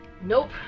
Nope